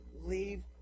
leave